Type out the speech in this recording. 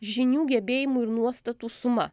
žinių gebėjimų ir nuostatų suma